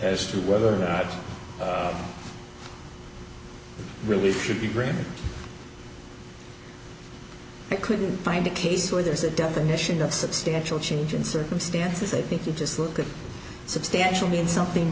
as to whether or not really should be granted i couldn't find a case where there's a definition of substantial change in circumstances i think you just look at substantially in something